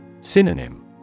Synonym